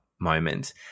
moment